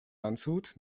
landshut